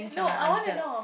no I want to know